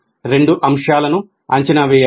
మేము రెండు అంశాలను అంచనా వేయాలి